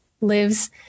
lives